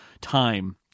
time